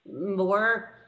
more